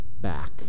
back